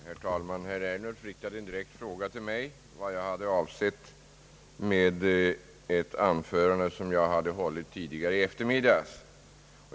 Herr talman! Herr Ernulf riktade en direkt fråga till mig vad jag hade avsett med ett av mig hållet anförande tidigare i dag.